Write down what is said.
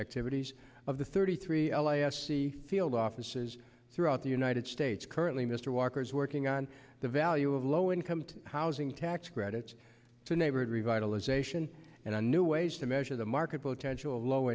activities of the thirty three las sea field offices throughout the united states currently mr walker's working on the value of low income housing tax credits to neighborhood revitalization and a new ways to measure the market potential low